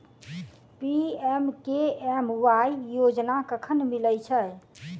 PMKMY योजना कखन मिलय छै?